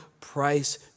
price